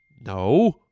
No